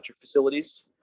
facilities